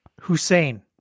Hussein